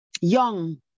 Young